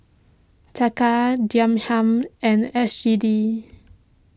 Taka Dirham and S G D